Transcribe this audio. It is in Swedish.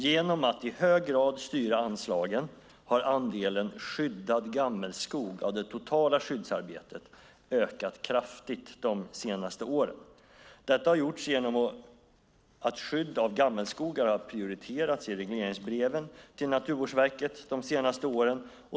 Genom att i hög grad styra anslagen har andelen skyddad gammelskog av det totala skyddsarbetet ökat kraftigt de senaste åren. Detta har gjorts genom att skydd av gammelskogar har prioriterats i regleringsbreven till Naturvårdsverket de senaste åren.